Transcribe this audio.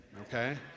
okay